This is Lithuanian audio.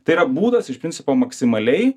tai yra būdas iš principo maksimaliai